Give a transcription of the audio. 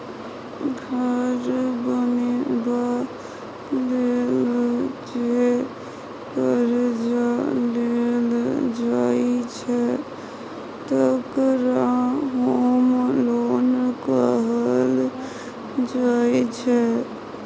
घर बनेबा लेल जे करजा लेल जाइ छै तकरा होम लोन कहल जाइ छै